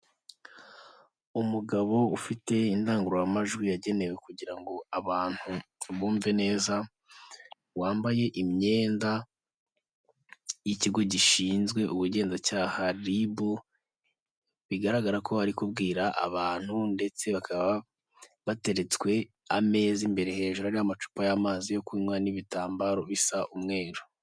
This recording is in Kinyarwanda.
Umugabo ufite indangururamajwi yagenewe kugira ngo abantu bumve neza, wambaye imyenda y'ikigo gishinzwe ubugenzacyaha ribu, bigaragara ko ari kubwira abantu ndetse bakaba bateretswe ameza imbere hejuru ariho amacupa y'amazi yo kunywa n'ibitambaro bisa umweru.